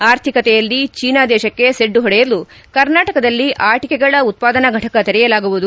ಆರ್ಥಿಕತೆಯಲ್ಲಿ ಚೀನಾ ದೇಶಕ್ಕೆ ಸೆಡ್ಡು ಹೊಡೆಯಲು ಕರ್ನಾಟಕದಲ್ಲಿ ಆಟಕೆಗಳ ಉತ್ಪಾದನಾ ಫಟಕ ತೆರೆಯಲಾಗುವುದು